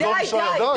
לאדון ישי הדס,